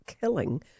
killing